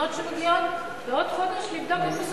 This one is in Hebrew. התלונות שמגיעות, בעוד חודש לבדוק איפה זה